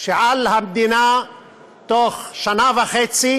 שעל המדינה להבטיח בתוך שנה וחצי